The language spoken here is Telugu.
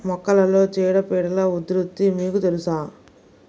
మొక్కలలో చీడపీడల ఉధృతి మీకు తెలుసా?